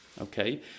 okay